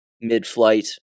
mid-flight